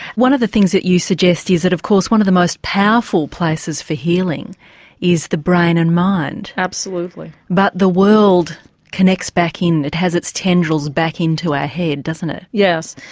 one of the things that you suggest is that of course one of the most powerful places for healing is the brain and mind. absolutely. but the world connects back in, it has its tendrils back into our head, doesn't it? yes.